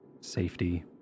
safety